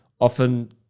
often